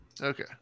Okay